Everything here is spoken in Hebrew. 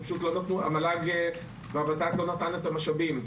המל"ג והוות"ת לא נתן את המשאבים.